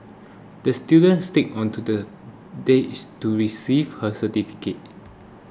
the student skated onto the dash to receive her certificate